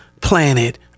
planet